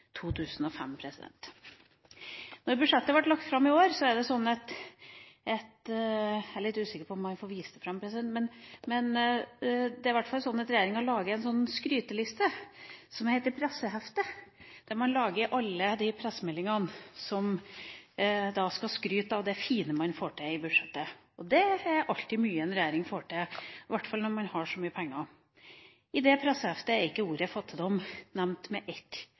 2005. Da budsjettet ble lagt fram i år – jeg er litt usikker på om jeg får vist det fram – lagde regjeringa en skryteliste som heter pressehefte. Der har man alle de pressemeldingene når man skal skryte av det fine man får til i budsjettet. Det er alltid mye en regjering får til, i hvert fall når man har så mye penger. I det presseheftet er ikke ordet «fattigdom» nevnt med ett